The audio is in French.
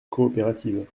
coopérative